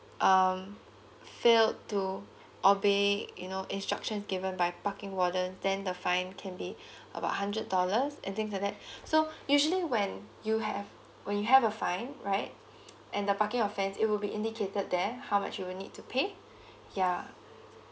um failed to obey you know instructions given by parking warden then the fine can be about hundred dollars and things like that so usually when you have when you have a fine right and the parking offence it will be indicated there how much you will need to pay yeah